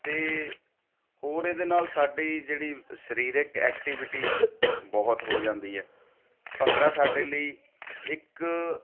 ਅਤੇ ਹੋਰ ਇਹਦੇ ਨਾਲ ਸਾਡੀ ਜਿਹੜੀ ਸਰੀਰਿਕ ਐਕਟੀਵਿਟੀ ਬਹੁਤ ਹੋ ਜਾਂਦੀ ਹੈ ਭੰਗੜਾ ਸਾਡੇ ਲਈ ਇੱਕ